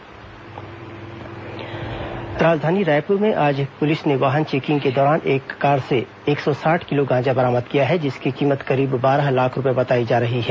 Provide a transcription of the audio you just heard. गांजा बरामद राजधानी रायपुर में आज पुलिस ने वाहन चेकिंग के दौरान एक कार से एक सौ साठ किलो गांजा बरामद किया है जिसकी कीमत करीब बारह लाख रूपये बताई जा रही है